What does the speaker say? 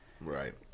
right